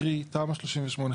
קרי: תמ"א38,